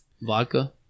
vodka